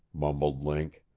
mumbled link.